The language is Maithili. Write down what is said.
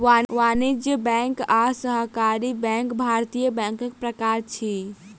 वाणिज्य बैंक आ सहकारी बैंक भारतीय बैंकक प्रकार अछि